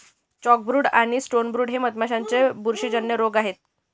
chalkbrood आणि stonebrood हे मधमाशांचे बुरशीजन्य रोग आहेत